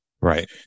Right